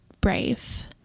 brave